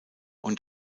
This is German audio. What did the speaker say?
und